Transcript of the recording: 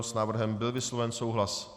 S návrhem byl vysloven souhlas.